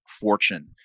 fortune